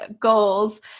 goals